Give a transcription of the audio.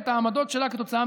נבחר פרופ'